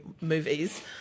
movies –